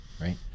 Right